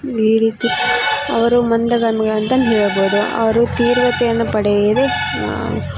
ಈ ರೀತಿ ಅವರು ಮಂದಗಾಮಿಗಳಂತಂದ್ ಹೇಳ್ಬೋದು ಅವರು ತೀರ್ವತೆಯನ್ನು ಪಡೆಯದೇ